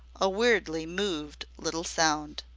a weirdly moved little sound.